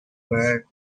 were